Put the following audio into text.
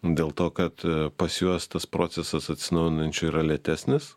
dėl to kad pas juos tas procesas atsinaujinančių yra lėtesnis